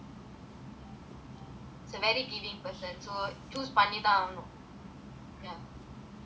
is a very giving person so choose பண்ணி தான் ஆகணும்:panni thaan aaganum ya sara also likewise